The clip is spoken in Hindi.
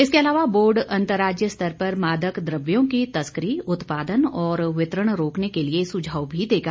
इसके अलावा बोर्ड अन्तरराज्यीय स्तर पर मादक द्रव्यों की तस्करी उत्पादन और वितरण रोकने के लिए सुझाव भी देगा